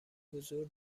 حضور